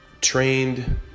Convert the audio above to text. trained